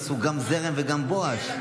עשו גם זרם וגם בואש.